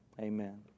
Amen